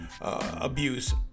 abuse